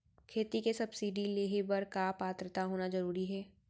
खेती के सब्सिडी लेहे बर का पात्रता होना जरूरी हे?